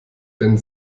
ben